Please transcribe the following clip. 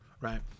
right